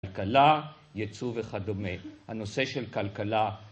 כלכלה, ייצוא וכדומה. הנושא של כלכלה...